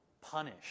punish